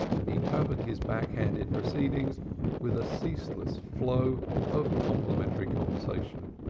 and he covered his back-handed proceedings with a ceaseless flow of complimentary conversation.